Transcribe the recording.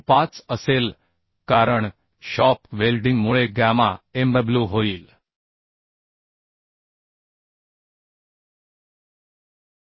25 असेल कारण शॉप वेल्डिंगमुळे गॅमा mw होईल 1